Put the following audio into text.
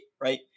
right